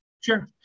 Sure